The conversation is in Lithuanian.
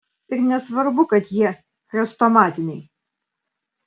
ir nesvarbu kad jie chrestomatiniai